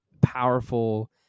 powerful